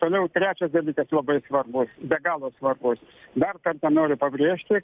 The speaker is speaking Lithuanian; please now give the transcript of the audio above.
toliau trečias dalykas labai svarbus be galo svarbus dar kartą noriu pabrėžti